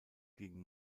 gegen